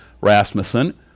Rasmussen